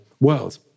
world